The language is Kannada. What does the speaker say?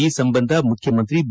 ಈ ಸಂಬಂಧ ಮುಖ್ಯಮಂತ್ರಿ ಬಿ